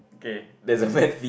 okay